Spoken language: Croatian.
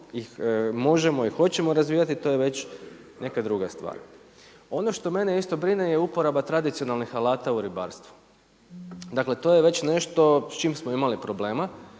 ih, možemo i hoćemo razvijati, to je već neka druga stvar. Ono što mene isto brine je uporaba tradicionalnih alata u ribarstvu. Dakle to je već nešto s čim smo imali problema,